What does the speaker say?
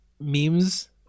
memes